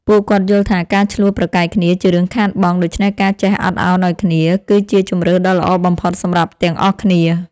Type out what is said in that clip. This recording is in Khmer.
ពួកគាត់យល់ថាការឈ្លោះប្រកែកគ្នាជារឿងខាតបង់ ដូច្នេះការចេះអត់ឱនឱ្យគ្នា គឺជាជម្រើសដ៏ល្អបំផុតសម្រាប់ទាំងអស់គ្នា។